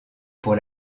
pour